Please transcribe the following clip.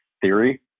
theory